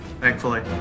thankfully